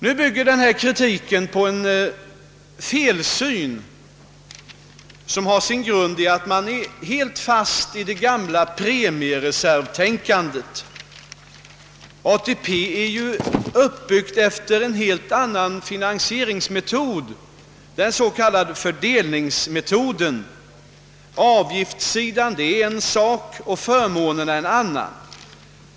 Nu bygger denna kritik på en felsyn som har sin grund i att man är helt fast i det gamla premiereservtänkandet. ATP är ju uppbyggt efter en helt annan finansieringsmetod, = fördelningsmetoden. Avgiftssidan är en sak och förmånssidan är en annan.